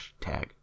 Hashtag